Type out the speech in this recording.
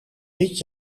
dit